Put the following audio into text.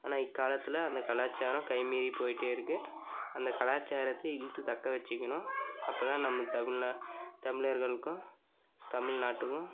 ஆனால் இக்காலத்தில் அந்த கலாச்சாரம் கை மீறி போய்கிட்டே இருக்கு அந்த கலாச்சாரத்தை இழுத்து தக்க வச்சுக்கணும் அப்போ தான் நம்ம தமிழ் தமிழர்களுக்கும் தமிழ்நாட்டுக்கும்